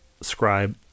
scribe